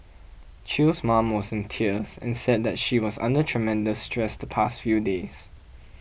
Chew's mom was in tears and said that she was under tremendous stress the past few days